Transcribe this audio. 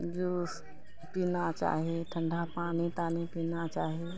juice पीना चाही ठंडा पानि तानि पीना चाही